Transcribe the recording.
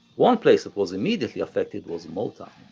one place that was immediately affected was motown.